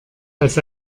als